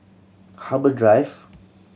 Harbour Drive